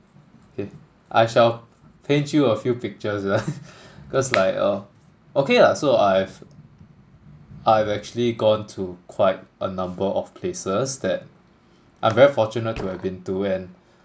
if I shall paint you a few pictures ah cause like uh okay lah so I've I've actually gone to quite a number of places that I'm very fortunate to have been to and